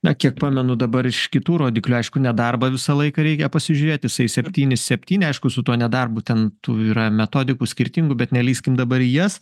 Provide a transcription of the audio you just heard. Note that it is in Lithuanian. na kiek pamenu dabar iš kitų rodiklių aišku nedarbą visą laiką reikia pasižiūrėti jisai septyni septyni aišku su tuo nedarbu ten tų yra metodikų skirtingų bet nelįskim dabar į jas